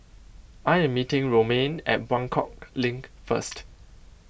I am meeting Romaine at Buangkok Link first